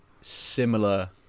similar